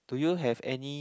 do you have any